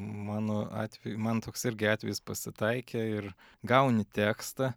mano atveju man toks irgi atvejis pasitaikė ir gauni tekstą